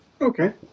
okay